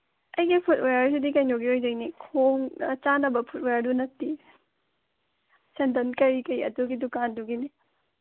ꯑꯩꯒꯤ ꯐꯨꯗ ꯋꯦꯌꯔꯁꯤꯗꯤ ꯀꯩꯅꯣꯒꯤ ꯑꯣꯏꯗꯣꯏꯅꯤ ꯈꯣꯡ ꯆꯥꯅꯕ ꯐꯨꯗ ꯋꯦꯌꯥꯔꯗꯨ ꯅꯠꯇꯤꯌꯦ ꯁꯦꯟꯗꯟ ꯀꯔꯤ ꯀꯔꯤ ꯑꯗꯨꯒꯤ ꯗꯨꯀꯥꯟꯗꯨꯒꯤꯅꯤ